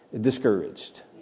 discouraged